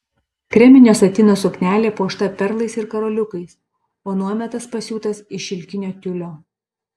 kreminio satino suknelė puošta perlais ir karoliukais o nuometas pasiūtas iš šilkinio tiulio